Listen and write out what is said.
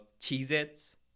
Cheez-Its